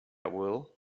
will